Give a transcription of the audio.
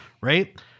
Right